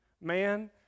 man